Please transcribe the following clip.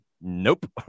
Nope